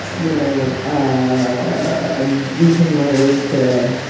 you know ah i'm losing my words today